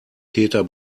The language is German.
täter